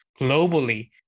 globally